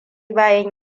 bayan